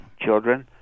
Children